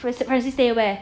francis stay where